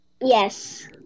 Yes